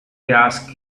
gas